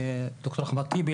ד"ר אחמד טיבי,